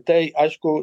tai aišku